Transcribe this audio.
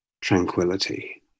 tranquility